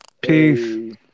Peace